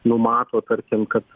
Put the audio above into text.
numato tarkim kad